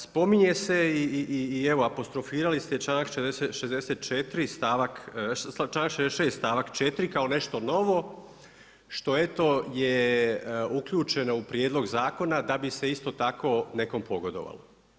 Spominje se i evo apostrofirali ste članak 66. stavak 4. kao nešto novo što eto je uključeno u prijedlog zakona da bi se isto tako nekom pogodovalo.